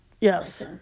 Yes